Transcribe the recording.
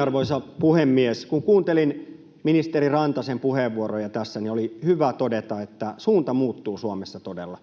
Arvoisa puhemies! Kun kuuntelin ministeri Rantasen puheenvuoroja tässä, niin oli hyvä todeta, että suunta muuttuu Suomessa todella.